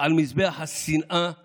על מזבח השנאה וההרס,